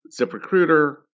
ZipRecruiter